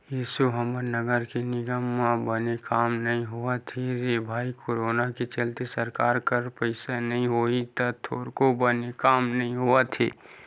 एसो हमर नगर निगम म बने काम नइ होवत हे रे भई करोनो के चलत सरकार करा पइसा नइ होही का थोरको बने काम नइ होवत हे